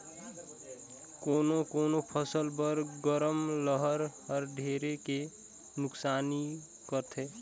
कोनो कोनो फसल बर गरम लहर हर ढेरे के नुकसानी करथे